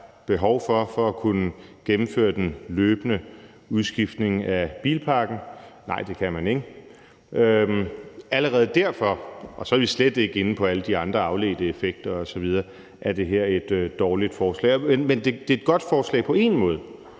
behov for for at kunne gennemføre den løbende udskiftning af bilparken? Nej, det kan man ikke. Allerede derfor – og så er vi slet ikke inde på alle de andre afledte effekter osv. – er det her et dårligt forslag. Men det er et godt forslag på én måde,